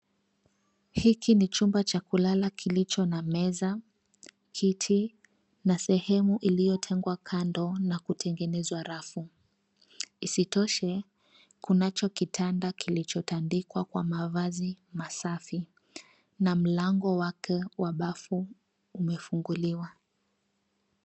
Hiki ni chumba cha kulala kilicho na meza, kiti na sehemu iliyotengwa kando na kutengenezwa rafu. Isitoshe, kunacho kitanda kilichotandikwa kwa mavazi masafi na mlango wake wa bafu umefunguliwa.